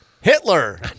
Hitler